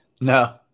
No